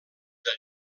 del